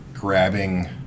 Grabbing